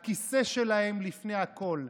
הכיסא שלהם לפני הכול.